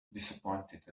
disappointed